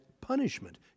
punishment